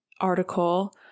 article